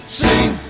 sing